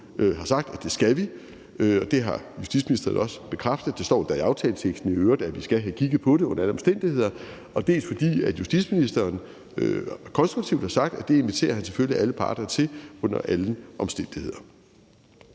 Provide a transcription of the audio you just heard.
har sagt, at det skal vi, og det har justitsministeren også bekræftet, og det står endda i aftaleteksten, at vi skal have kigget på det under alle omstændigheder, dels fordi justitsministeren konstruktivt har sagt, at det inviterer han selvfølgelig alle parter til under alle omstændigheder.